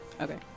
Okay